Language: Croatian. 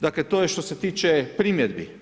Dakle, to je što se tiče primjedbi.